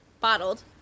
bottled